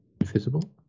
invisible